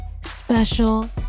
special